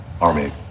army